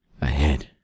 ahead